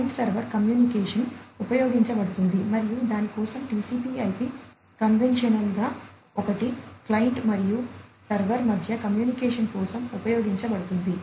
client server communication ఉపయోగించబడుతుంది మరియు దాని కోసం TCP IP కన్వెన్షనల్ గా ఒకటి క్లయింట్ మరియు సర్వర్ మధ్య కమ్యూనికేషన్ కోసం ఉపయోగించబడుతుంది